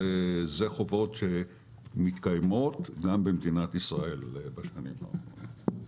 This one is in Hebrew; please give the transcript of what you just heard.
זה חובות שמתקיימות גם במדינת ישראל בשנים האחרונות.